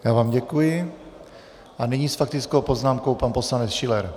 Já vám děkuji a nyní s faktickou poznámkou pan poslanec Schiller.